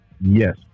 yes